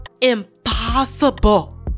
impossible